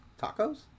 Tacos